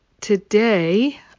today